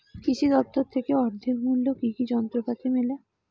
কৃষি দফতর থেকে অর্ধেক মূল্য কি কি যন্ত্রপাতি মেলে?